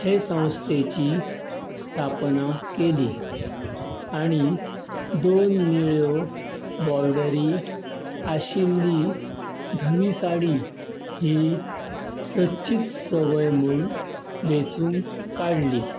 हें संस्थेची स्थापना केली आनी दोन निळ्यो बॉडर्री आशिल्ली धवी साडी ही सदचीच सवय म्हूण वेचून काडली